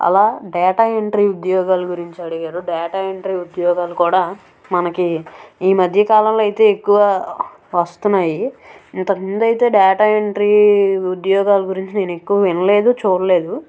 అలా data entry ఉద్యోగాల గురించి అడిగారు డేటా ఎంట్రీ ఉద్యోగాలు కూడా మనకి ఈ మధ్య కాలంలో అయితే ఎక్కువ వస్తున్నాయి ఇంతకు ముందు అయితే డేటా ఎంట్రీ ఉద్యోగాల గురించి నేను ఎక్కువ వినలేదు చూడలేదు